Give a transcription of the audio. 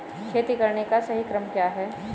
खेती करने का सही क्रम क्या है?